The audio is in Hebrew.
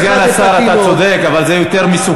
בזה, סגן השר, אתה צודק, אבל זה יותר מסוכן,